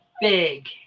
big